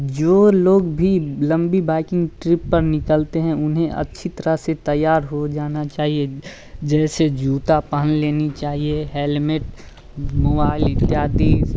जो लोग भी लंबी बाइकिंग ट्रिप पर निकलते हैं उन्हें अच्छी तरह से तैयार हो जाना चाहिए जैसे जूता पहन लेनी चाहिए हेलमेट मोबाइल इत्यादि